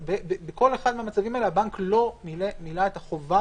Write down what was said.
בכל אחד מהמצבים האלה הבנק לא מילא את החובה